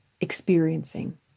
experiencing